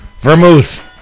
Vermouth